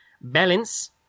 balance